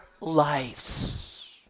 lives